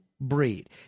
breed